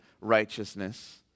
righteousness